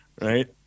Right